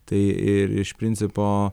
tai ir iš principo